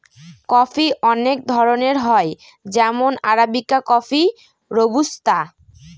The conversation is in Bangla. কফি অনেক ধরনের হয় যেমন আরাবিকা কফি, রোবুস্তা